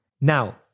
Now